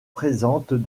présentent